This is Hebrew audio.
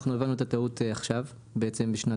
אנחנו הבנו את הטעות עכשיו, בשנת